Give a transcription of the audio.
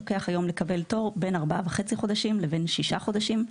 היום לוקח לקבל תור בין ארבעה וחצי חודשים לבין שישה חודשים.